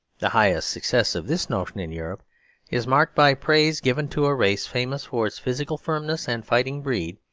the highest success of this notion in europe is marked by praise given to a race famous for its physical firmness and fighting breed,